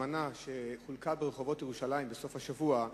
הזמנה שחולקה ברחובות ירושלים בסוף השבוע.